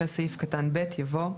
אחרי סעיף קטן (ב) יבוא: